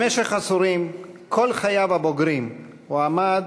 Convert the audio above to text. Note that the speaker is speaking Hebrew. במשך עשורים, כל חייו הבוגרים, הוא עמד